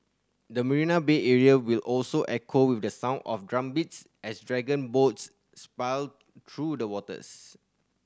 the Marina Bay area will also echo with the sound of drumbeats as dragon boats through the waters